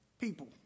people